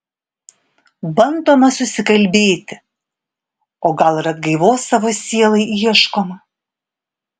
bandoma susikalbėti o gal ir atgaivos savo sielai ieškoma